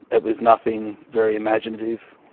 it was nothing very imaginative.